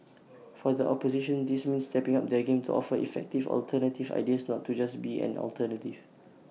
for the opposition this means stepping up their game to offer effective alternative ideas not to just be an alternative